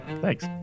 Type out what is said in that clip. thanks